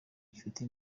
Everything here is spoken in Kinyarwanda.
gifite